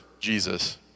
Jesus